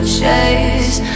chase